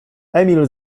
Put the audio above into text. emil